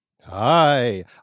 Hi